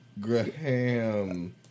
Graham